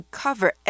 cover